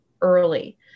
early